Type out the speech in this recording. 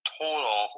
total